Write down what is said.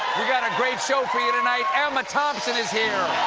we've got a great show for you tonight. emma thompson is here.